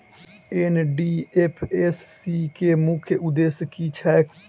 NDFSC केँ मुख्य उद्देश्य की छैक?